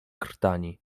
krtani